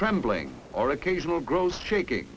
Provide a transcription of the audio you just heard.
trembling or occasional growth shaking